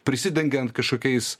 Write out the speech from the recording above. prisidengiant kažkokiais